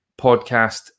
podcast